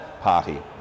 party